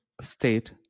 state